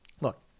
Look